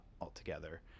altogether